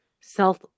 self